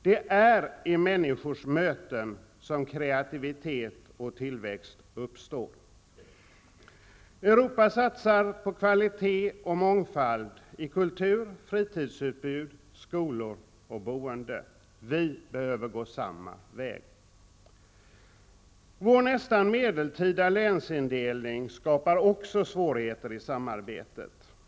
Det är i människors möten som kreativitet och tillväxt uppstår. Europa satsar på kvalitet och mångfald i kultur, fritidsutbud, skolor och boende. Vi behöver gå samma väg. Vår nästan medeltida länsindelning skapar också svårigheter i samarbetet.